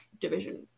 division